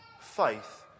faith